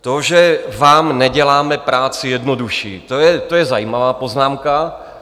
To, že vám neděláme práci jednodušší, to je zajímavá poznámka.